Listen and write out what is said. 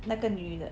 那个女的